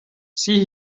sieh